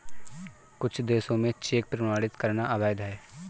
कुछ देशों में चेक प्रमाणित करना अवैध है